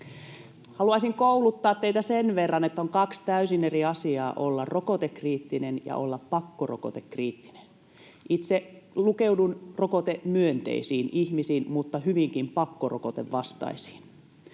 Haluaisin kouluttaa teitä sen verran, että on kaksi täysin eri asiaa olla rokotekriittinen ja olla pakkorokotekriittinen. Itse lukeudun rokotemyönteisiin ihmisiin mutta hyvinkin pakkorokotevastaisiin.